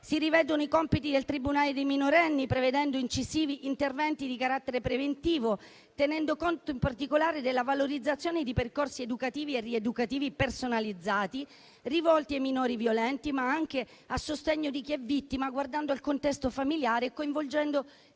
Si rivedono i compiti del tribunale per i minorenni, prevedendo incisivi interventi di carattere preventivo, tenendo conto in particolare della valorizzazione di percorsi educativi e rieducativi personalizzati, rivolti ai minori violenti, ma anche a sostegno di chi è vittima, guardando al contesto familiare e coinvolgendo